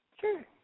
Sure